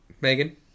Megan